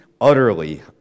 utterly